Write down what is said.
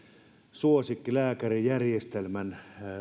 suosikkilääkärijärjestelmän